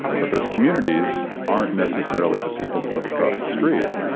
but those communities aren't necessarily the people that live across the street.